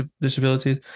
disabilities